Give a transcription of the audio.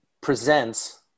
presents